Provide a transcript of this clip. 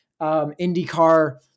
IndyCar